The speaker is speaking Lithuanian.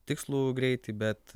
tikslų greitį bet